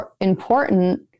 important